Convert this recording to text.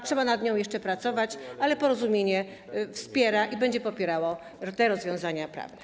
Trzeba nad nią jeszcze pracować, ale Porozumienie wspiera i będzie popierało te rozwiązania prawne.